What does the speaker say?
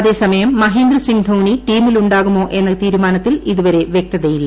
അതേ സമയം മഹേന്ദ്രസിംഗ് ധോണി ടീമിൽ ഉണ്ടാകുമോ എന്ന തീരുമാനത്തിൽ ഇതുവരെ വൃക്തതയില്ല